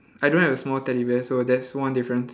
I don't have a small teddy bear so that's one difference